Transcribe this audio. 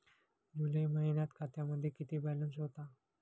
जुलै महिन्यात खात्यामध्ये किती बॅलन्स होता?